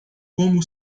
como